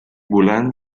bulan